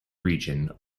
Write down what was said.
region